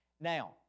Now